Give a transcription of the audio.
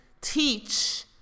teach